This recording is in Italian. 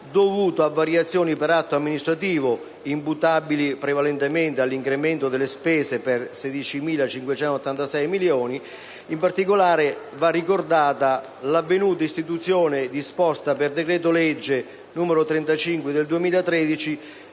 dovuto a variazioni per atto amministrativo, imputabili prevalentemente all'incremento delle spese per 16.586 milioni. In particolare, vanno ricordati l'avvenuta istituzione, disposta dal decreto-legge n. 35 del 2013,